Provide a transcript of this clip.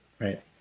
right